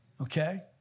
okay